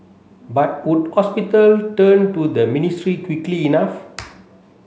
but would hospital turn to the ministry quickly enough